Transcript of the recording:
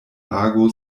ago